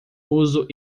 uso